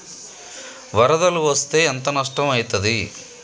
వరదలు వస్తే ఎంత నష్టం ఐతది?